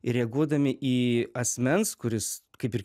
ir reaguodami į asmens kuris kaip ir